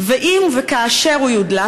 שאם וכאשר הוא יודלף,